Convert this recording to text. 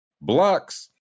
Blocks